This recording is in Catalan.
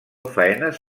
faenes